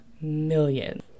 millions